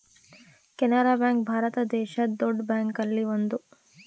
Canara bank Bharat ದೇಶದ್ ದೊಡ್ಡ bank ಅಲ್ಲಿ ಒಂದು